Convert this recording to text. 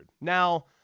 Now